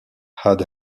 had